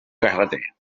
carreter